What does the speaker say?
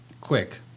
quick